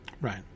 Right